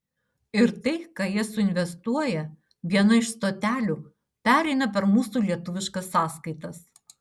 ir tai ką jie suinvestuoja viena iš stotelių pereina per mūsų lietuviškas sąskaitas